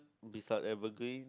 this are evergreen